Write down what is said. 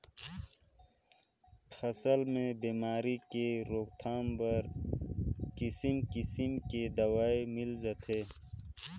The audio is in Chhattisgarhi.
फसल के बेमारी के रोकथाम बर किसिम किसम के दवई मिल जाथे